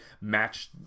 match